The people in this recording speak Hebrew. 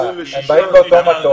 האם באים באותו מטוס.